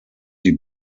die